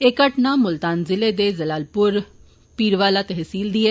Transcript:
एह् घटना मुतलका जिले दे ज़लालपुर पीरवाला तहसील दी ऐ